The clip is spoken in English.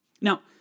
Now